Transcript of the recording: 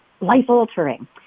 life-altering